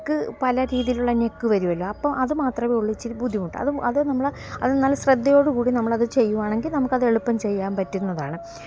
neck പല രീതിയിലുള്ള neck വരുവല്ലോ അപ്പോള് അത് മാത്രമേ ഉള്ളൂ ഇച്ചിരി ബുദ്ധിമുട്ട് അത് അത് നമ്മള് അത് നല്ല ശ്രദ്ധയോടുകൂടി നമ്മളത് ചെയ്യുകയാണെങ്കില് നമുക്കത് എളുപ്പം ചെയ്യാന് പറ്റുന്നതാണ്